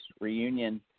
reunion